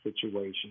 situation